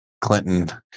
Clinton